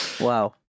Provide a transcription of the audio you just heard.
Wow